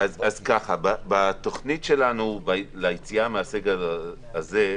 בתוכנית שלנו ליציאה מהסגר הזה,